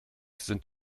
sind